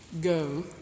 go